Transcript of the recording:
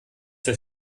das